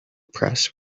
press